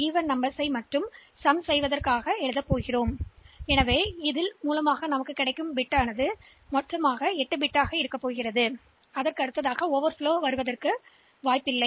எனவே இந்த சம எண்களைத் தொகுப்பதே நிரலாகும் மேலும் நீங்கள் இருக்கக்கூடிய தொகை அதனால்தான் மொத்த வெளியீட்டுத் தொகை 8 பிட் அகலம் மட்டுமே